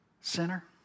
sinner